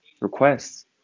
requests